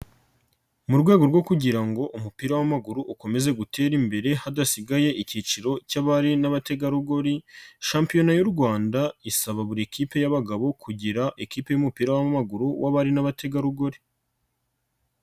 Mu rwego rwo kugira ngo umupira w'amaguru ukomeze utere imbere hadasigaye ikiciro cy'abari n'abategarugori, shampiyona y'u Rwanda isaba buri kipe y'abagabo kugira ikipe y'umupira w'amaguru y'abari n'abategarugori.